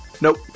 Nope